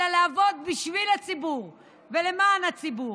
אלא לעבוד בשביל הציבור ולמען הציבור.